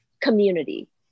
community